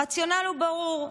הרציונל הוא ברור: